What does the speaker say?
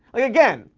again,